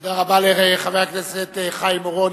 תודה רבה לחבר הכנסת חיים אורון.